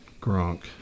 Gronk